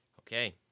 Okay